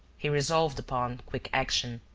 he resolved upon quick action.